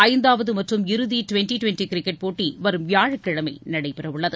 ஐந்தாவது மற்றும் இறுதி டுவெண்ட்டி டுவெண்ட்டி கிரிக்கெட் போட்டி வரும் வியாழக்கிழமை நடைபெற உள்ளது